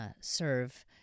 serve